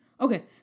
Okay